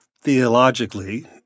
theologically